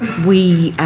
we